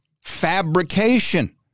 fabrication